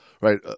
right